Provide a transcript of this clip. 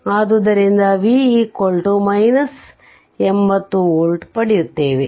ಆದ್ದರಿಂದ V 80v ಪಡೆಯುತ್ತೇವೆ